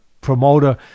promoter